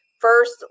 first